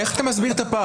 איך אתה מסביר את הפער?